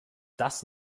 das